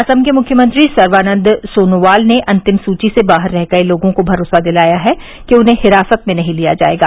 असम के मुख्यमंत्री सर्बनंद सोनोवाल ने अंतिम सूची से बाहर रह गये लोगों को भरोसा दिलाया है कि उन्हें हिरासत में नहीं लिया जाएगा